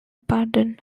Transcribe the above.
pardon